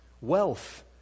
wealth